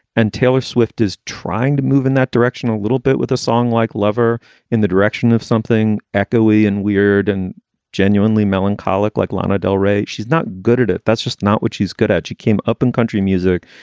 and taylor swift is trying to move in that direction a little bit with a song like lover in the direction of something echoey and weird and genuinely melancholic like lana del rey. she's not good at it. that's just not what she's good at. it came up in country music.